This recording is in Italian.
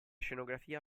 scenografia